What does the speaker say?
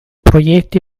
proietti